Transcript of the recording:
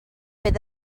bydd